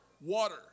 Water